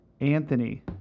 Anthony